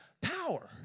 power